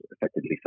effectively